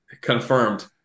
confirmed